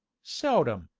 seldom,